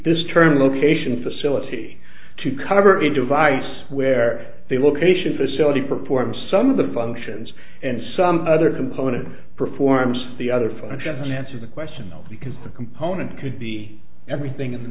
this term location facility to cover the device where they will patient facility perform some of the functions and some other component performs the other functions and answer the question because the component could be everything